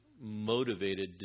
motivated